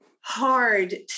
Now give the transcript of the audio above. hard